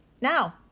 Now